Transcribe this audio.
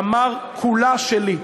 שאמר: כולה שלי.